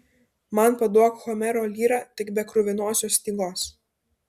man paduok homero lyrą tik be kruvinosios stygos